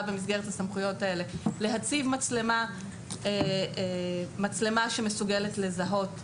במסגרת הסמכויות האלה להציב מצלמה שמסוגלת לזהות חפצים,